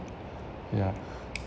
ya